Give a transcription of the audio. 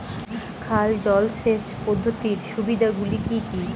খাল জলসেচ পদ্ধতির সুবিধাগুলি কি কি?